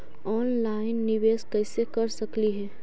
Online निबेस कैसे कर सकली हे?